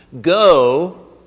Go